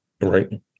Right